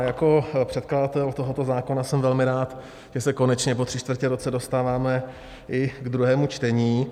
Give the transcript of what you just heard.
Jako předkladatel tohoto zákona jsem velmi rád, že se konečně po tři čtvrtě roce dostáváme i k druhému čtení.